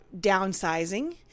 downsizing